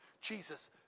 Jesus